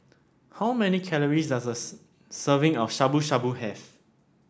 how many calories does a serving of Shabu Shabu have